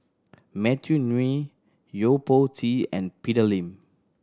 Matthew Ngui Yo Po Tee and Peter Lee